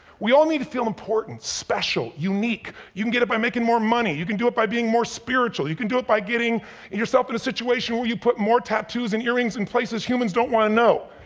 we all need to feel important, special, unique. you can get it by makin' more money, you can do it by being more spiritual, you can do it by getting yourself in a situation where you put more tattoos and earrings in places humans don't wanna know.